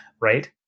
right